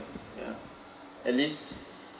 ya at least